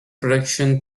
production